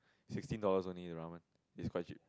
sixteen dollars only the ramen it's quite cheap